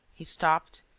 he stopped,